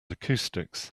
acoustics